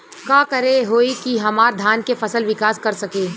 का करे होई की हमार धान के फसल विकास कर सके?